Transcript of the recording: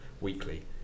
weekly